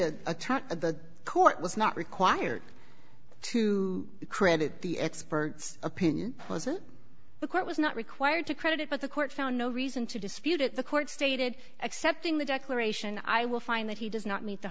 at the court was not required to credit the expert's opinion wasn't the court was not required to credit it but the court found no reason to dispute it the court stated accepting the declaration i will find that he does not meet the